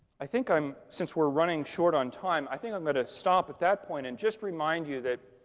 i think i'm since we're running short on time, i think i'm going to stop at that point and just remind you that